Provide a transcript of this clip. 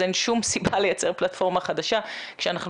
אז אין שום סיבה לייצר פלטפורמה חדשה כשאנחנו